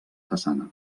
façana